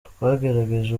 twagerageje